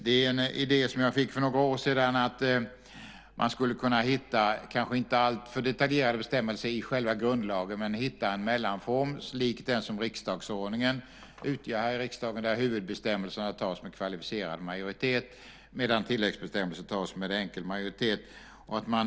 Det är en idé som jag fick för några år sedan att man skulle kunna hitta - kanske inte alltför detaljerade bestämmelser i själva grundlagen - en mellanform slikt den som riksdagsordningen utgör, där huvudbestämmelserna tas med kvalificerad majoritet medan tilläggsbestämmelser tas med enkel majoritet.